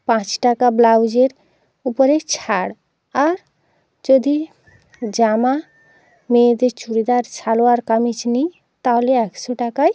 পাঁচ টাকা ব্লাউজের উপরে ছাড় আর যদি জামা মেয়েদের চুরিদার সালোয়ার কামিজ নিই তাহলে একশো টাকায়